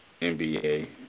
NBA